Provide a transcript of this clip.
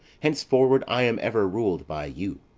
henceforward i am ever rul'd by you.